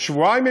או שבועיים,